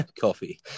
Coffee